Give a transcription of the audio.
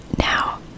Now